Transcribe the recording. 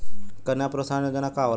कन्या प्रोत्साहन योजना का होला?